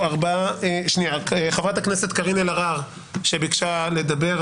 חברת הכנסת קארין אלהרר ביקשה לדבר,